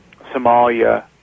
Somalia